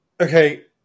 Okay